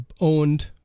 owned